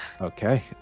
okay